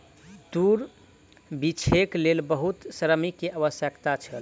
तूर बीछैक लेल बहुत श्रमिक के आवश्यकता छल